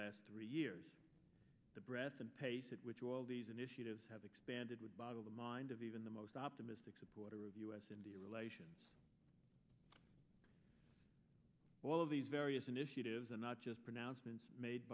last three years the breath and pace at which all these initiatives have expanded would boggle the mind of even the most optimistic supporter of u s india relations all of these various initiatives and not just pronouncements made